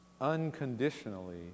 unconditionally